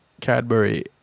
Cadbury